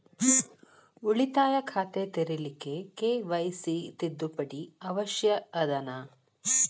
ಉಳಿತಾಯ ಖಾತೆ ತೆರಿಲಿಕ್ಕೆ ಕೆ.ವೈ.ಸಿ ತಿದ್ದುಪಡಿ ಅವಶ್ಯ ಅದನಾ?